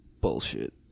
bullshit